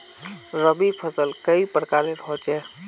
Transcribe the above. रवि फसल कई प्रकार होचे?